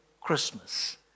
Christmas